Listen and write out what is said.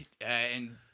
And-